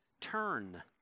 turn